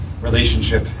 relationship